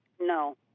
No